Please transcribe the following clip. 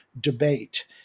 debate